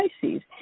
Pisces